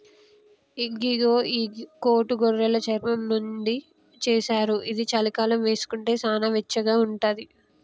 ఇగో గీ కోటు గొర్రెలు చర్మం నుండి చేశారు ఇది చలికాలంలో వేసుకుంటే సానా వెచ్చగా ఉంటది